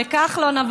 לכחלון.